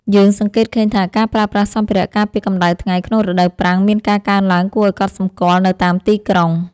យើងសង្កេតឃើញថាការប្រើប្រាស់សម្ភារៈការពារកម្តៅថ្ងៃក្នុងរដូវប្រាំងមានការកើនឡើងគួរឱ្យកត់សម្គាល់នៅតាមទីក្រុង។